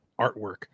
artwork